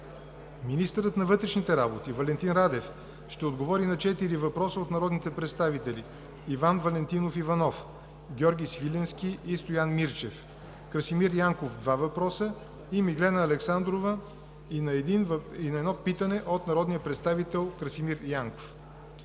министърът на вътрешните работи Валентин Радев ще отговори на четири въпроса от народните представители Иван Валентинов Иванов, Георги Свиленски и Стоян Мирчев, Красимир Янков, два въпроса, Миглена Александрова и на едно питане от народния представител Красимир Янков;